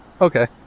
Okay